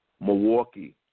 Milwaukee